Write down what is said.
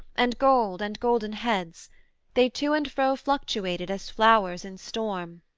and gold and golden heads they to and fro fluctuated, as flowers in storm,